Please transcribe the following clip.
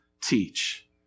teach